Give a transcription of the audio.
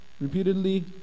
repeatedly